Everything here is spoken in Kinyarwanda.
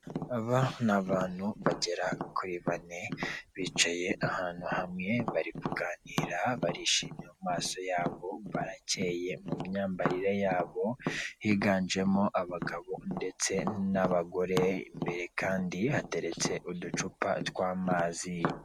Aba ni abantu bagera kuri bane, bicaye ahantu hamwe, bari kuganira, barishimye mu maso yabo, barakeye mu myambarire yabo, higanje mo abagabo ndetse n'abagore, imbere kandi hateretse uducupa tw'amazi.